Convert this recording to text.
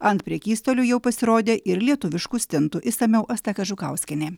ant prekystalių jau pasirodė ir lietuviškų stintų išsamiau asta kažukauskienė